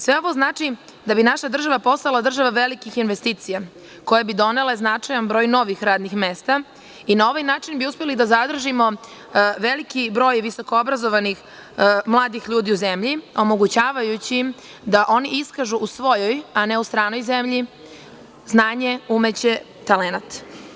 Sve ovo znači da bi naša država postala država velikih investicija koje bi donele značajan broj novih radnih mesta, i na ovaj način bi uspeli da zadržimo veliki broj visokoobrazovanih mladih ljudi u zemlji, omogućavajući im da oni iskažu u svojoj, a ne u stranoj zemlji znanje, umeće, talenat.